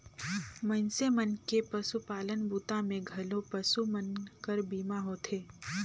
मइनसे मन के पसुपालन बूता मे घलो पसु मन कर बीमा होथे